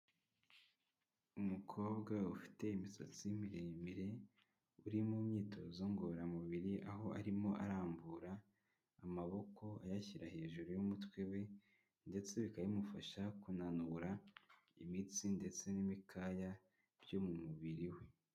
Umukobwa ufite imisatsi miremire, uri mu myitozo ngororamubiri, aho arimo arambura amaboko, ayashyira hejuru y'umutwe we ndetse bikaba bimufasha kunanura imitsi ndetse n'imikaya byo mu mubiri we.